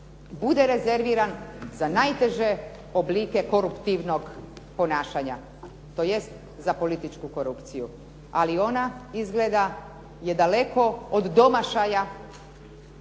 bude rezerviran za najteže oblike korumptivnog ponašanja, tj. za političku korupciju. Ali ona izgleda je daleko od domašaja, to je